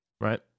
right